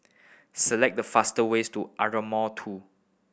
select the faster ways to Ardmore Two